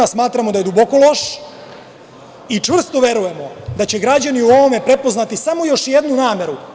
Smatramo da je duboko loš i čvrsto verujemo da će građani u ovome prepoznati samo još jednu nameru.